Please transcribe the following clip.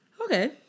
Okay